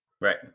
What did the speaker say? Right